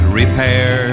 repair